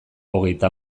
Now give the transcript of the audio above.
hogeita